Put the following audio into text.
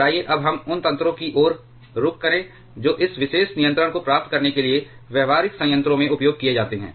और आइए अब हम उन तंत्रों की ओर रुख करें जो इस विशेष नियंत्रण को प्राप्त करने के लिए व्यावहारिक संयंत्रों में उपयोग किए जाते हैं